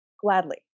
Gladly